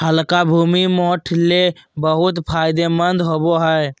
हल्का भूमि, मोठ ले बहुत फायदेमंद होवो हय